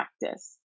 practice